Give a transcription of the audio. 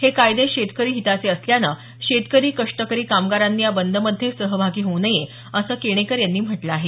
हे कायदे शेतकरी हिताचे असल्यानं शेतकरी कष्टकरी कामगारांनी या बंद मध्ये सहभागी होऊ नये असं केणेकर यांनी म्हटलं आहे